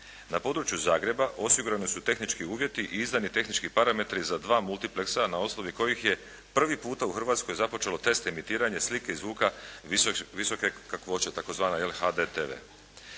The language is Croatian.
Na području Zagreba, osigurani su tehnički uvjeti i izdan je tehnički parametri za 2 multipleksa osnovi kojih je prvi puta u Hrvatskoj započelo test imitiranje slike i zvuka visoke kakvoće, tzv. HDTV.